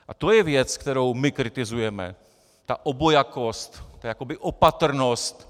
A to je věc, kterou my kritizujeme, ta obojakost, jakoby opatrnost.